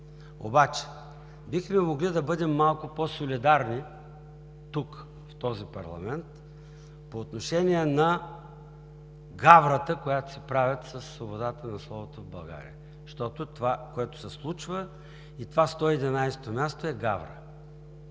Бихме могли да бъдем малко по-солидарни тук, в този парламент, по отношение на гаврата, която си правят със свободата на словото в България, защото това, което се случва, и това 111-о място, е гавра.